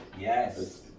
Yes